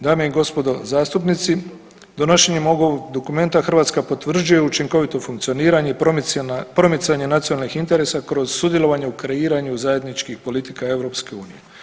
Dame i gospodo zastupnici, donošenjem ovog dokumenta Hrvatska potvrđuje učinkovito funkcioniranje i promicanje nacionalnih interesa kroz sudjelovanje u kreiranju zajedničkih politika EU.